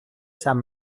san